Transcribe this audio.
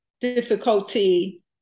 difficulty